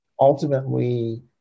ultimately